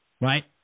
Right